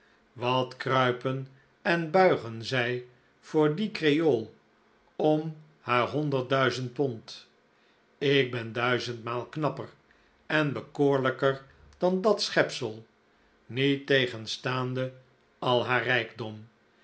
wat kruipen en buigen zij voor die creool om haar honderd duizend pond ik ben duizend maal knapper en bekoorlijker dan dat schepsel niettegenstaande al haar rijkdom